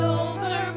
over